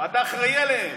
אתה אחראי עליהם.